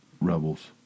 Rebels